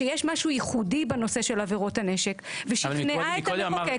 שיש משהו ייחודי בנושא של עבירות הנשק ושכנעה את המחוקק